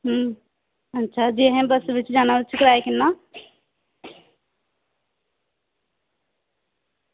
अं ते अच्छा बस्स बिच जाना होऐ ते किराया किन्ना